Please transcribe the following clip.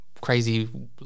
crazy